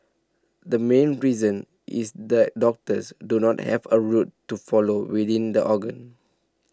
the main reason is that doctors do not have a route to follow within the organ